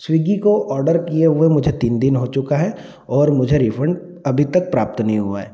Swiggy को order किए हुए मुझे तीन दिन हो चुका है और मुझे रिफंड अभी तक प्राप्त नहीं हुआ है